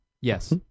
yes